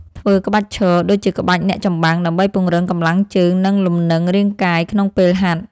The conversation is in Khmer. ធ្វើក្បាច់ឈរ ដូចជាក្បាច់អ្នកចម្បាំង ដើម្បីពង្រឹងកម្លាំងជើង និងលំនឹងរាងកាយក្នុងពេលហាត់។